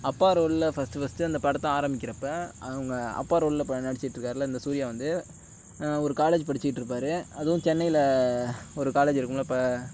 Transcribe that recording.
அப்பா ரோலில் first first அந்த படத்தை ஆரம்பிக்கிறப்ப அவங்க அப்பா ரோலில் இப்போ நடித்துக்கிட்ருக்காருல்ல இந்த சூரியா வந்து ஒரு ஒரு காலேஜ் படித்துக்கிட்ருப்பாரு அதுவும் சென்னையில் ஒரு காலேஜ் இருக்கும் இப்போ